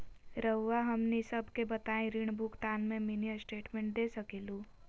रहुआ हमनी सबके बताइं ऋण भुगतान में मिनी स्टेटमेंट दे सकेलू?